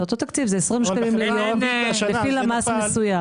כן, זה אותו תקציב 20 שקלים לפי למ"ס מסוים.